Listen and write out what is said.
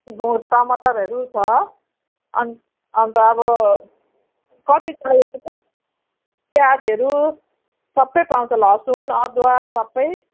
बो टमाटरहरू छ अनि अन्त अब कति चाहिएको थियो प्याजहरू सबै पाउँछ ल लसुन अदुवा सबै